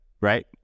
right